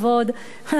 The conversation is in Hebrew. אנחנו שומעים,